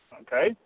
okay